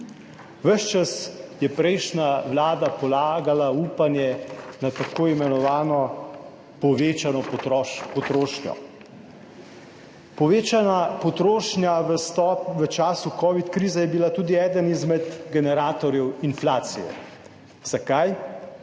Ves čas je prejšnja vlada polagala upanje na tako imenovano povečano potrošnjo. Povečana potrošnja v času kovidne krize je bila tudi eden izmed generatorjev inflacije. Zakaj?